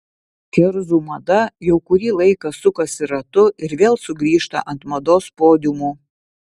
kerzų mada jau kurį laiką sukasi ratu ir vėl sugrįžta ant mados podiumų